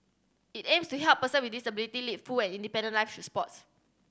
it aims to help person with disability lead full and independent live through sports